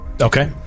Okay